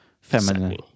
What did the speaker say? feminine